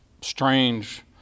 strange